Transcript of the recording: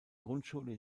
grundschule